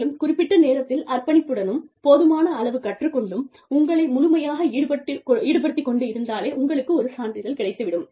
மேலும் குறிப்பிட்ட நேரத்தில் அர்ப்பணிப்புடனும் போதுமான அளவு கற்றுக் கொண்டும் உங்களை முழுமையாக ஈடுபடுத்திக் கொண்டு இருந்தாலே உங்களுக்கு ஒரு சான்றிதழ் கிடைத்து விடும்